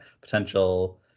potential